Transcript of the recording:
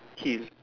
kill